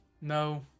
No